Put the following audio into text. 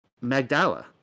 Magdala